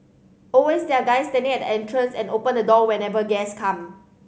always there are guys standing at the entrance and open the door whenever guest come